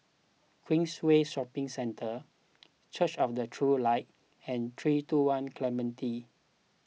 Queensway Shopping Centre Church of the True Light and three two one Clementi